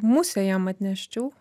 musę jam atneščiau